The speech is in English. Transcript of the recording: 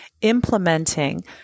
implementing